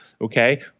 okay